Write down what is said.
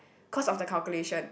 cause of the calculation